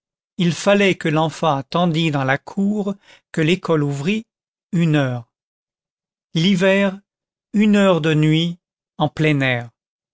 il fallait que l'enfant attendît dans la cour que l'école ouvrit une heure l'hiver une heure de nuit en plein air